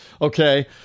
Okay